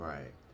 Right